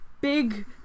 big